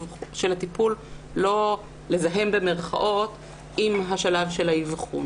לא "לזהם" אתה טיפול עם השלב של האבחון,